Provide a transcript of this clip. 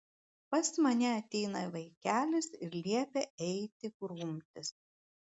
pas mane ateina vaikelis ir liepia eiti grumtis